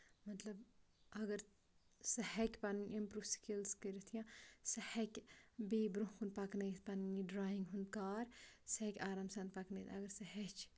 مطلب اَگر سُہ ہیٚکہِ پَنُن اِمپروٗ سِکِلٕز کٔرِتھ یا سُہ ہیٚکہِ بیٚیہِ برونٛہہ کُن پَکنٲوِتھ پَنٕنۍ یہِ ڈرایِنگ ہُند کار سُہ ہیٚکہِ آرام سان پَکنٲوِتھ اَگر سُہ ہیٚچھِ